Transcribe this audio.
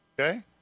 Okay